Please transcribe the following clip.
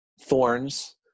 thorns